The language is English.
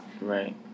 right